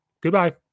Goodbye